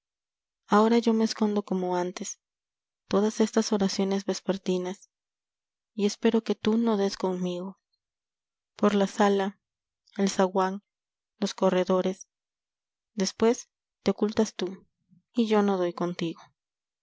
ahora yo me escondo como antes todas estas oraciones vespertinas y espero que tú no des conmigo por la sala el zaguán los corredores después te ocultas tú y yo no doy contigo